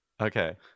Okay